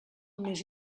més